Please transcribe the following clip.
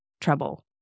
trouble